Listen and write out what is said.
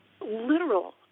literal